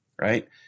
right